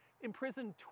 imprisoned